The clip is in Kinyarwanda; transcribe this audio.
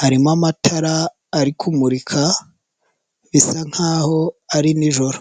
harimo amatara ari kumurika bisa nkaho ari nijoro.